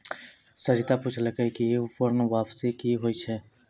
सरिता पुछलकै ई पूर्ण वापसी कि होय छै?